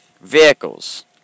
vehicles